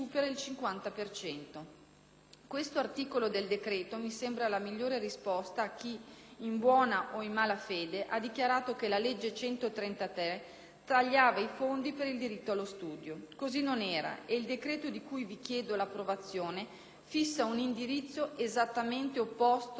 Questo articolo del decreto mi sembra la migliore risposta a chi, in buona o in mala fede, ha dichiarato che la legge n. 133 tagliava i fondi per il diritto allo studio. Così non era. E il decreto di cui vi chiedo l'approvazione fissa un indirizzo esattamente opposto a quanto propagandato.